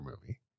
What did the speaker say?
movie